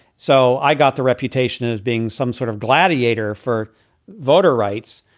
so i got the reputation as being some sort of gladiator for voter rights.